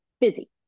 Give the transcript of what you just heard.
busy